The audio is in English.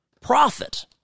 profit